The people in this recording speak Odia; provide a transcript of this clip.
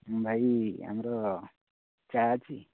ହଁ ଭାଇ ଆମର ଚା' ଅଛି